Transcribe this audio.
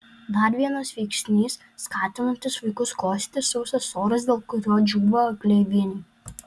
dar vienas veiksnys skatinantis vaikus kosėti sausas oras dėl kurio džiūva gleivinė